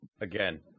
again